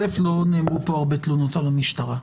לא נאמרו פה הרבה תלונות על המשטרה.